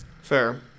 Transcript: Fair